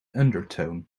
undertone